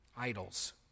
Idols